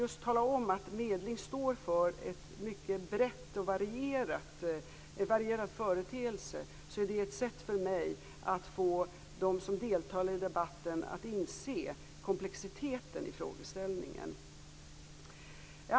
Att tala om att medling är en mycket bred och varierad företeelse är för mig ett sätt att få dem som deltar i debatten att inse komplexiteten i frågeställningen.